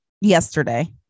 yesterday